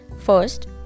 First